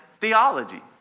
theology